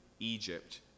Egypt